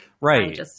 Right